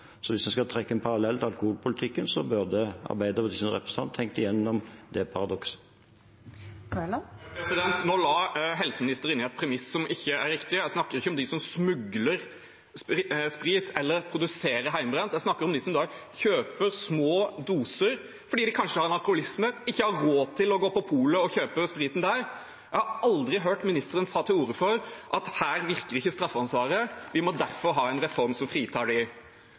Så hvis man skal trekke en parallell til alkoholpolitikken, burde Arbeiderpartiets representant tenkt igjennom det paradokset. Nå la helseministeren inn et premiss som ikke er riktig. Jeg snakker ikke om dem som smugler sprit eller produserer hjemmebrent, jeg snakker om dem som kjøper små doser fordi de kanskje har alkoholisme og ikke har råd til å gå på polet og kjøpe spriten der. Jeg har aldri hørt statsråden ta til orde for at her virker ikke straffansvaret, vi må derfor ha en reform som fritar